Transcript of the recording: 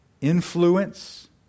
influence